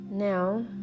Now